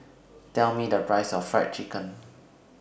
Tell Me The Price of Fried Chicken